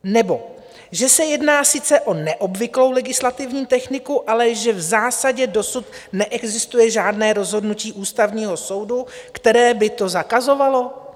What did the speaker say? Nebo že se jedná sice o neobvyklou legislativní techniku, ale že v zásadě dosud neexistuje žádné rozhodnutí Ústavního soudu, které by to zakazovalo?